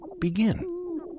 begin